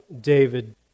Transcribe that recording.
David